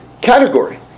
category